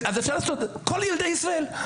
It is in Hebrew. אפשר לעשות כל ילדי ישראל.